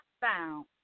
found